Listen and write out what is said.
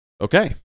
Okay